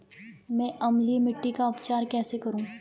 मैं अम्लीय मिट्टी का उपचार कैसे करूं?